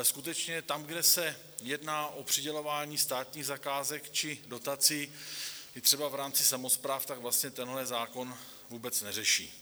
Skutečně tam, kde se jedná o přidělování státních zakázek či dotací, i třeba v rámci samospráv, tak vlastně tenhle zákon vůbec neřeší.